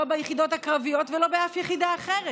לא ביחידות הקרביות ולא באף יחידה אחרת.